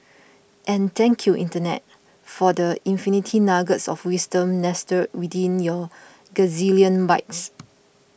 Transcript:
and thank you Internet for the infinite nuggets of wisdom nestled within your gazillion bytes